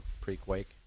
pre-quake